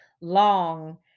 long